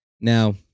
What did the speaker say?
Now